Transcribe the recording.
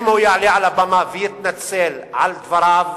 אם הוא יעלה על הבמה ויתנצל על דבריו,